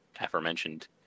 aforementioned